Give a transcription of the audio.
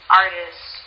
artists